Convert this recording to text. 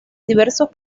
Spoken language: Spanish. diversos